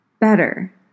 better